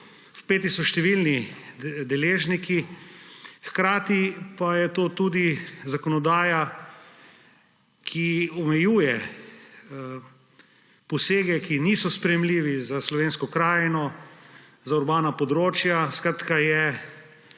Vpeti so številni deležniki, hkrati pa je to tudi zakonodaja, ki omejuje posege, ki niso sprejemljivi za slovensko krajino, za urbana področja. Skratka,